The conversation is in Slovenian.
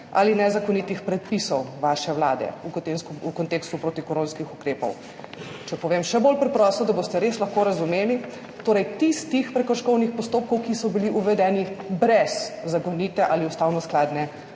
ali nezakonitih predpisov vaše vlade v kontekstu protikoronskih ukrepov. Če povem še bolj preprosto, da boste res lahko razumeli, torej tistih prekrškovnih postopkov, ki so bili uvedeni brez zakonite ali ustavnoskladne